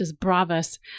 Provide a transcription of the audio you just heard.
bravas